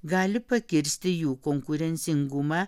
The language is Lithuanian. gali pakirsti jų konkurencingumą